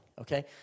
okay